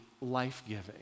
life-giving